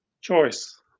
choice